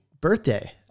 birthday